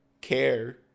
care